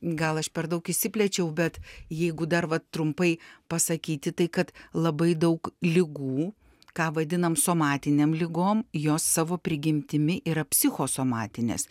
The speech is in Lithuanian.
gal aš per daug išsiplėčiau bet jeigu dar vat trumpai pasakyti tai kad labai daug ligų ką vadinam somatinėm ligom jos savo prigimtimi yra psichosomatinės